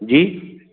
जी